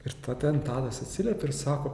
ir ta ten tadas atsiliepė ir sako